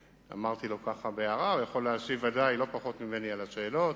שאמרתי לו בהערה שהוא יכול להשיב לא פחות ממני על השאלות,